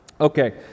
Okay